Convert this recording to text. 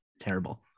terrible